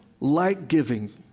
light-giving